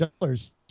dollars